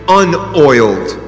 unoiled